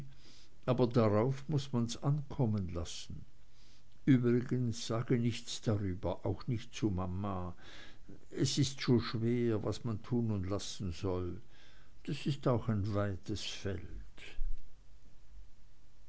aber darauf muß man's ankommen lassen übrigens sage nichts darüber auch nicht zu mama es ist so schwer was man tun und lassen soll das ist auch ein weites feld